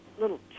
little